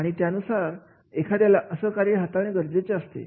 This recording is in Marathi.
आणि त्यानुसार एखाद्याला असं कार्य हाताळणे गरजेचे असतं